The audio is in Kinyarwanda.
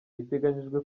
biteganyijwe